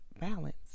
balance